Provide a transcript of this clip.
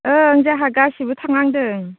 ओं जोंहा गासिबो थांनांदों